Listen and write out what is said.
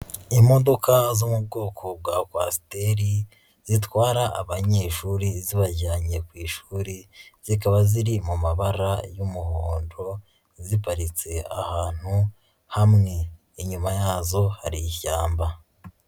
Imodoka zo mu bwoko bwa kwasiteri zitwara abanyeshuri zibajyanye ku ishuri, zikaba ziri mu mabara y'umuhondo ya ziparitse ahantu hamwe, inyuma yazo hari ishyamba.